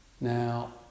Now